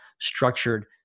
structured